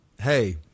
hey